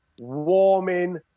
warming